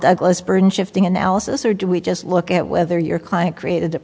douglas burton shifting analysis or do we just look at whether your client created